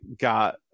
got